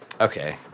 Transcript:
Okay